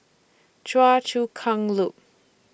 Choa Chu Kang Loop